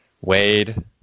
Wade